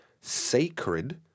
sacred